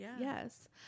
Yes